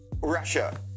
Russia